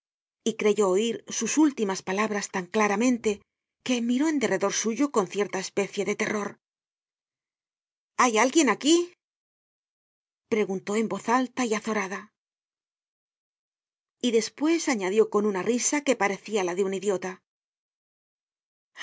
y creyó oir sus últimas palabras tan claramente que miró en derredor suyo con cierta especie de terror hay alguien aquí preguntó en voz alta y azorada y despues añadió con una risa que parecia la de un idiota